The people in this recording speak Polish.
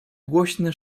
głośny